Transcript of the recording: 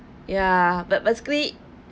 ya but basically